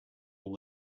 all